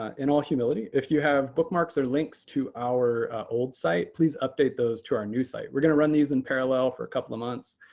ah in all humility, if you have bookmarks or links to our old site, please update those to our new site. we're going to run these in parallel for a couple of months,